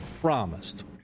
promised